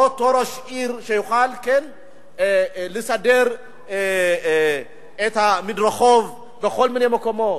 ואותו ראש עיר יוכל לסדר מדרחוב בכל מיני מקומות,